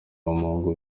w’umuhungu